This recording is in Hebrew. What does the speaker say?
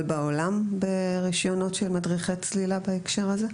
בעולם ברישיונות של מדריכי צלילה בהקשר הזה?